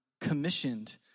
commissioned